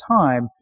time